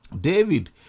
David